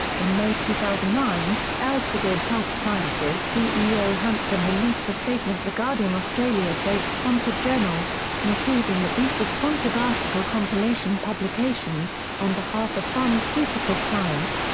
in may two thousand and nine, elsevier health sciences ceo hansen released a statement regarding australia-based sponsored journals, conceding that these were sponsored article compilation publications, on behalf of pharmaceutical clients,